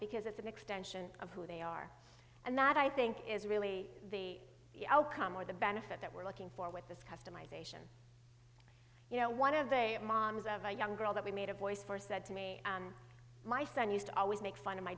because it's an extension of who they are and that i think is really the outcome or the benefit that we're looking for with this customization you know one of the moms of a young girl that we made a voice for said to me my son used to always make fun of my